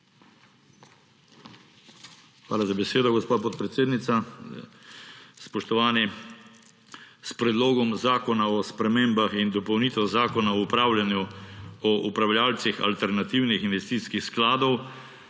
Hvala za besedo, gospa podpredsednica. Spoštovani! S Predlogom zakona o spremembah in dopolnitvah Zakona o upravljavcih alternativnih investicijskih skladov